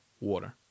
water